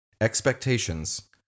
expectations